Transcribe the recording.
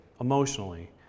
emotionally